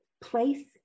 place